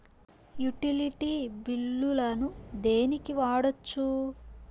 Utility బిల్లులను దేనికి వాడొచ్చు?